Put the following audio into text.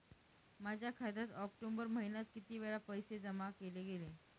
माझ्या खात्यात ऑक्टोबर महिन्यात किती वेळा पैसे जमा केले गेले?